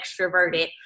extroverted